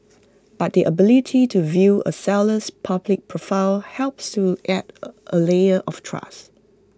but the ability to view A seller's public profile helps to add A layer of trust